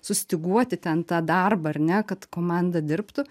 sustyguoti ten tą darbą ar ne kad komanda dirbtų